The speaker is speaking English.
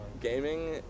gaming